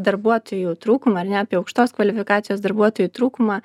darbuotojų trūkumą ar ne apie aukštos kvalifikacijos darbuotojų trūkumą